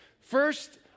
First